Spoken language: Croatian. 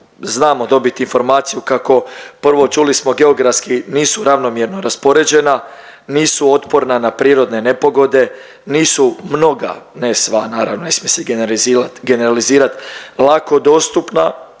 znamo dobiti informaciju kako prvo čuli smo geografski nisu ravnomjerno raspoređena, nisu otporna na prirodne nepogode, nisu mnoga, ne sva naravno ne smije generalizirat, lako dostupna,